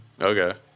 Okay